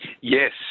Yes